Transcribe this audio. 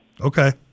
Okay